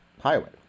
highway